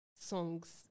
songs